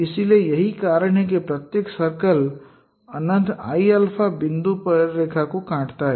इसलिए यही कारण है कि प्रत्येक सर्कल अनंत Iα पर बिंदु I और J पर रेखा को काटता है